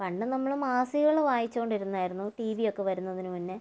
പണ്ട് നമ്മള് മാസികകള് വായിച്ചുകൊണ്ടിരുന്നായിരുന്നു ടി വിയൊക്കെ വരുന്നതിനു മുന്നേ